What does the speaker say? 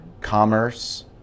commerce